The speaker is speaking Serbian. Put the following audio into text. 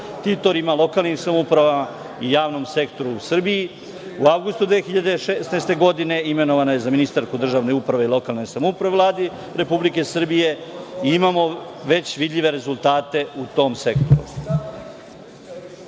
ktitorima, lokalnim samoupravama i javnom sektoru u Srbiji. U avgustu 2016. godine imenovana je za ministarku državne uprave i lokalne samouprave u Vladi Republike Srbije i imamo već vidljive rezultate u tom sektoru. Takođe,